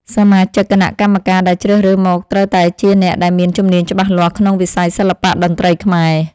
សមាជិកគណៈកម្មការដែលជ្រើសរើសមកត្រូវតែជាអ្នកដែលមានជំនាញច្បាស់លាស់ក្នុងវិស័យសិល្បៈតន្ត្រីខ្មែរ។